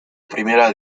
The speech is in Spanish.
primera